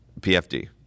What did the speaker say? PFD